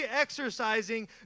exercising